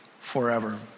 forever